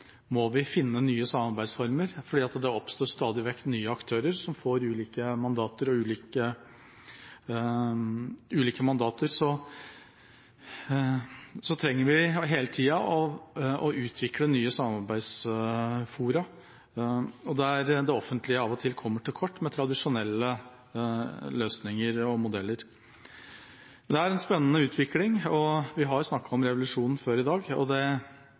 må vi finne nye samarbeidsformer, for det oppstår stadig vekk nye aktører som får ulike mandater. Vi trenger hele tida å utvikle nye samarbeidsfora der det offentlige av og til kommer til kort med tradisjonelle løsninger og modeller. Det er en spennende utvikling. Vi har snakket om revolusjon før i dag, og det